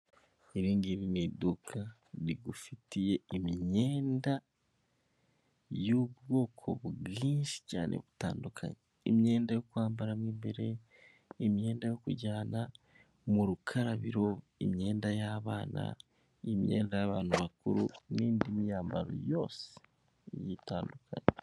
Iri ngiri ni iduka rigufitiye imyenda y'ubwoko bwinshi cyane butandukanye, imyenda yo kwambaramo imbere, imyenda yo kujyana mu rukarabiro, imyenda y'abana n'imyenda y'abantu bakuru n'indi myambaro yose itandukanye.